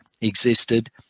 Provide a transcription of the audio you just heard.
existed